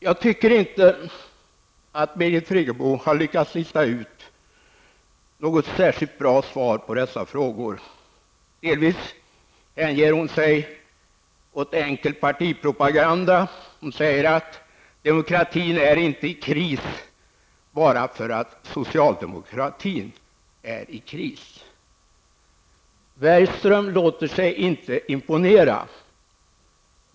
Jag tycker inte att Birgit Friggebo har lyckats lista ut något särskilt bra svar på dessa frågor. Hon hänger sig delvis åt enkel partipropaganda när hon säger att demokratin inte är i kris endast av den anledningen att socialdemokratin är i kris. Bergström låter sig inte imponera.